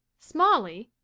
smalley?